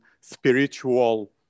spiritual